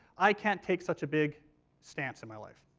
i can't take such a big stance in my life.